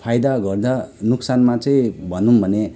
फाइदा भन्दा नोक्सानमा चाहिँ भनौँ भने